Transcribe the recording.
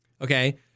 Okay